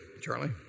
Charlie